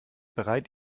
bereit